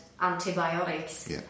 antibiotics